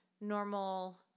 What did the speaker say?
normal